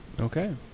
Okay